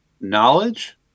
knowledge